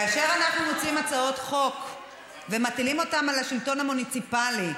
כאשר אנחנו מציעים הצעות חוק ומטילים אותן על השלטון המוניציפלי,